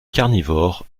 carnivores